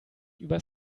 über